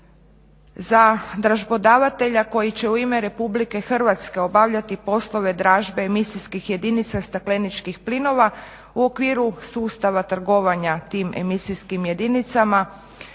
za dražbodavatelja koji će u ime RH obavljati poslove dražbe i emisijskih jedinica stakleničkih plinova u okviru sustava trgovanja tim emisijskim jedinicama